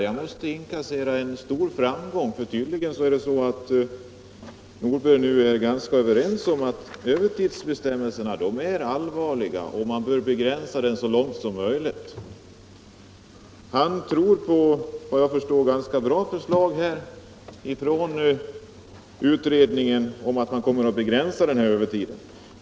Jag måste inkassera en stor framgång, för tydligen är herr Nordberg nu ganska överens med mig om att övertidsbestämmelserna är allvarliga och att man bör begränsa övertiden så långt som möjligt. Han tror på ganska bra förslag — efter vad jag förstår — från utredningen om att denna övertid skall begränsas.